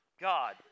God